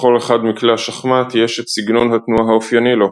לכל אחד מכלי השחמט יש את סגנון התנועה האופייני לו.